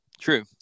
true